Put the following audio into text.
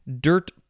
Dirt